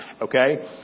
okay